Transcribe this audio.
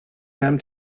them